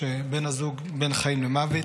כשבן הזוג בין חיים למוות.